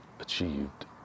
achieved